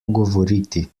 govoriti